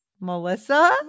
Melissa